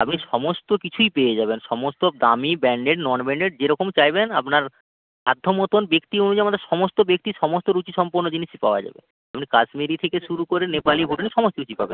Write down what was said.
আপনি সমস্ত কিছুই পেয়ে যাবেন সমস্ত দামি ব্র্যান্ডেড নন ব্র্যান্ডেড যে রকম চাইবেন আপনার সাধ্য মতো ব্যক্তি অনুযায়ী আমাদের সমস্ত ব্যক্তির সমস্ত রুচিসম্পন্ন জিনিসই পাওয়া যাবে আপনি কাশ্মীরি থেকে শুরু করে নেপালি ভুটানি সমস্ত কিছুই পাবেন